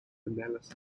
pinellas